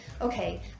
okay